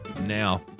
Now